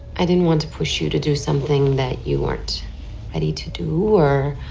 and didn't want to push you to do something that you weren't ready to do or